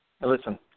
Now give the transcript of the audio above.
Listen